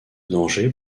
danger